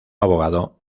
abogado